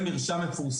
שיהיה רישום מפורסם.